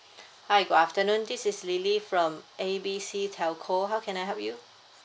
hi good afternoon this is lily from A B C telco how can I help you